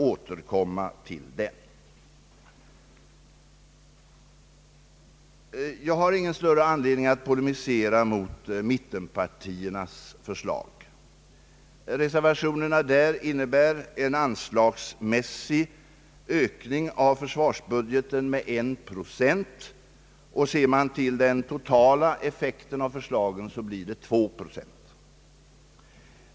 Jag har faktiskt inte någon större anledning att polemisera mot mittenpartiernas förslag. Reservationen innebär en 'anslagsökning med 1 procent, men ser man på den totala effekten av förslagen blir det 2 procent.